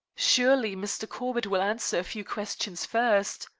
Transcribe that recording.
surely, mr. corbett will answer a few questions first,